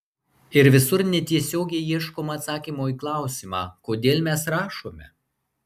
ir visur netiesiogiai ieškoma atsakymo į klausimą kodėl mes rašome